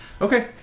Okay